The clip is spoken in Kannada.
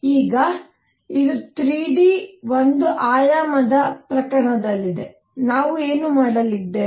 ಈಗ ಇದು 3Dಯಲ್ಲಿ ಒಂದು ಆಯಾಮದ ಪ್ರಕರಣದಲ್ಲಿದೆ ನಾವು ಏನು ಮಾಡಲಿದ್ದೇವೆ